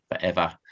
forever